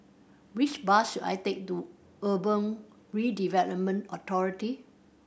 which bus should I take to Urban Redevelopment Authority